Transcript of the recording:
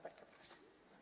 Bardzo proszę.